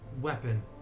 weapon